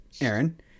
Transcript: aaron